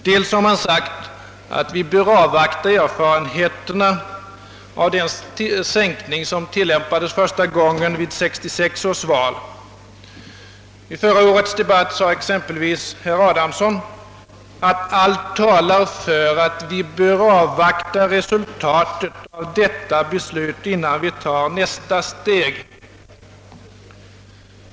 Dels har man sagt att vi bör avvakta erfarenheterna av den sänkning som tillämpades första gången vid 1966 års val I förra årets debatt sade exempelvis herr Adamsson, att »allt talar för att vi bör avvakta resultatet av detta beslut innan vi tar nästa steg».